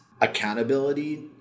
accountability